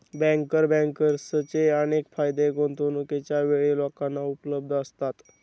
banker बँकर्सचे अनेक फायदे गुंतवणूकीच्या वेळी लोकांना उपलब्ध असतात